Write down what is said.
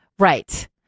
Right